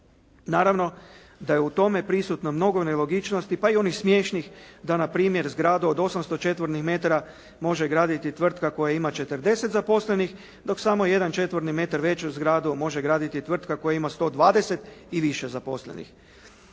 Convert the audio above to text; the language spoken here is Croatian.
Naravno da je u tome prisutno mnogo nelogičnosti, pa i onih smiješnih da npr. zgradu od 800 četvornih metara može graditi tvrtka koja ima 40 zaposlenih, dok samo 1 četvorni metar veću zgradu može graditi tvrtka koja ima 120 i više zaposlenih.